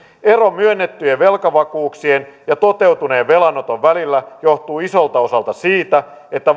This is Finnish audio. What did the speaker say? ero myönnettyjen velkavakuuksien ja toteutuneen velanoton välillä johtuu isolta osalta siitä että